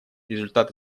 результаты